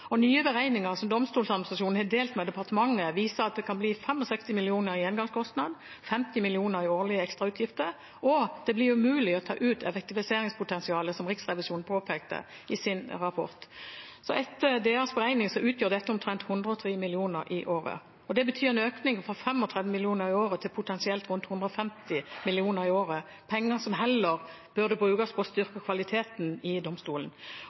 Nye beregninger, som Domstoladministrasjonen har delt med departementet, viser at det kan bli 65 mill. kr i en engangskostnad, 50 mill. kr i årlige ekstrautgifter, og det blir umulig å ta ut effektiviseringspotensialet som Riksrevisjonen påpekte i sin rapport. Etter deres beregning utgjør dette omtrent 103 mill. kr i året, og det betyr en økning fra 35 mill. kr i året til potensielt rundt 150 mill. kr i året – penger som heller burde brukes på å styrke kvaliteten i domstolen.